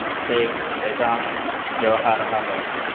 इति ते तेषां व्यवहारः भवति